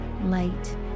light